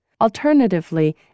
Alternatively